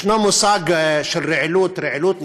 יש מושג של רעילות, רעילות נקבעת,